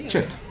Certo